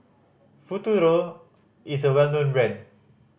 Futuro is a well known brand